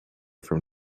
from